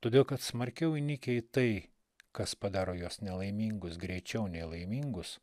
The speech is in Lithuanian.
todėl kad smarkiau įnikę į tai kas padaro juos nelaimingus greičiau nei laimingus